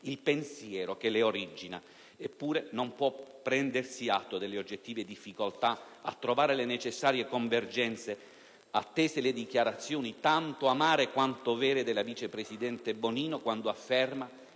il pensiero che le origina. Eppure non può non prendersi atto delle oggettive difficoltà a trovare le necessarie convergenze, attese le dichiarazioni tanto amare quanto vere della vice presidente Bonino, quando afferma